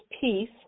piece